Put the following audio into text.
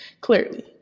clearly